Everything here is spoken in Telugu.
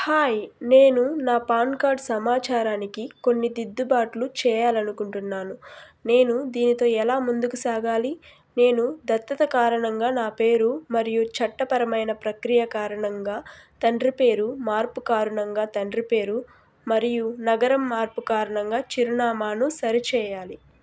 హాయ్ నేను నా పాన్ కార్డ్ సమాచారానికి కొన్ని దిద్దుబాట్లు చెయ్యాలనుకుంటున్నాను నేను దీనితో ఎలా ముందుకు సాగాలి నేను దత్తత కారణంగా నా పేరు మరియు చట్టపరమైన ప్రక్రియ కారణంగా తండ్రి పేరు మార్పు కారణంగా తండ్రి పేరు మరియు నగరం మార్పు కారణంగా చిరునామాను సరిచెయ్యాలి